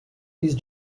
these